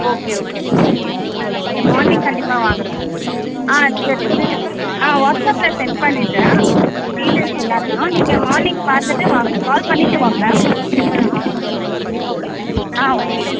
okay okay okay okay morning கண்டிப்பாக வாங்க ஆ சரி ஓகே ஆ வாட்ஸப்பில் சென்ட் பண்ணிடுறேன் டீடெயில்ஸ் எல்லாத்தையும் நீங்கள் மார்னிங் பார்த்துட்டு வாங்க கால் பண்ணிவிட்டு வாங்க ஓகே ஆ ஓகே